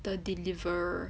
the deliver